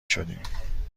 شدیم